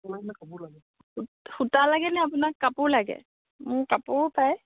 সূতা লাগে নে আপোনাক কাপোৰ লাগে মোৰ কাপোৰো পায়